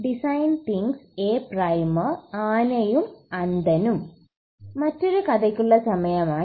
മറ്റൊരു കഥയ്ക്കുള്ള സമയമാണ്